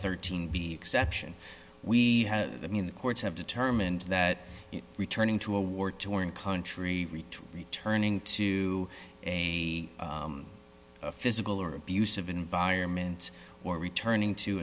thirteen b exception we mean the courts have determined that returning to a war torn country returning to a physical or abusive environment or returning to